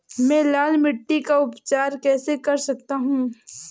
मैं लाल मिट्टी का उपचार कैसे कर सकता हूँ?